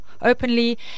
openly